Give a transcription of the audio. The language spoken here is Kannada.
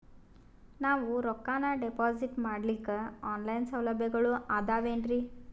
ನಾವು ರೊಕ್ಕನಾ ಡಿಪಾಜಿಟ್ ಮಾಡ್ಲಿಕ್ಕ ಆನ್ ಲೈನ್ ಸೌಲಭ್ಯಗಳು ಆದಾವೇನ್ರಿ?